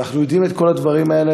ואנחנו יודעים את כל הדברים האלה,